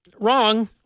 wrong